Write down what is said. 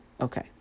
Okay